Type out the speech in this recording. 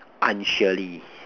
unsurely